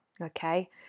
okay